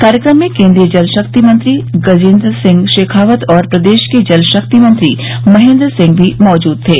कार्यक्रम में केन्द्रीय जल शक्ति मंत्री गजेन्द्र सिंह शेखावत और प्रदेश के जल शक्ति मंत्री महेन्द्र सिंह भी मौजूद थे